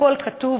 הכול כתוב.